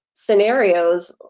scenarios